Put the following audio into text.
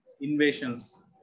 Invasions